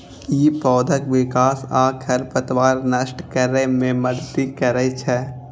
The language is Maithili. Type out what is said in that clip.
ई पौधाक विकास आ खरपतवार नष्ट करै मे मदति करै छै